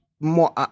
more –